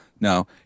no